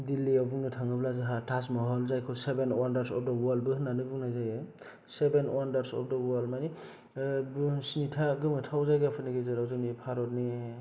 दिल्लीआव बुंनो थाङोब्ला जोंहा ताजमहलबो जायखौ सेभ्न अवानदार्स अप दा अवालबो होनना बुंनाय जायो seven wonders of the world मानि बुहुमनि स्निथा गोमोथाव जायगाफोरनि गेजेराव जोंनि भारतनि